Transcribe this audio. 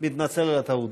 אני מתנצל על הטעות.